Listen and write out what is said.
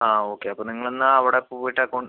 ആ ഓക്കെ അപ്പോൾ നിങ്ങൾ എന്നാൽ അവിടെ പോയിട്ട് അക്കൗണ്ട്